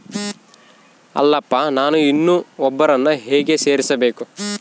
ಅಲ್ಲಪ್ಪ ನಾನು ಇನ್ನೂ ಒಬ್ಬರನ್ನ ಹೇಗೆ ಸೇರಿಸಬೇಕು?